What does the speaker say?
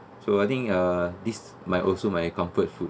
so I think uh this might also my comfort food